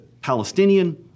Palestinian